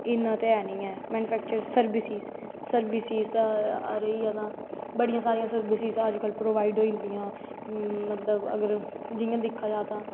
इन्ना ते है नी ऐ मैनफैचर सर्वसिस सर्वसिस रेहियां तां बड़ियां सारियां सर्वसिसां अज्ज कल प्रोबाईड़ होई जंदियां मतलव अगर जियां दिक्खा दाऐ तां